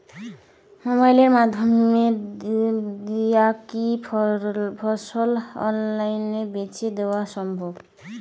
মোবাইলের মইধ্যে দিয়া কি ফসল অনলাইনে বেঁচে দেওয়া সম্ভব?